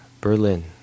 Berlin